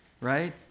right